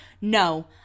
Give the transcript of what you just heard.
No